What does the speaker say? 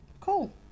Cool